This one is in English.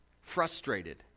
frustrated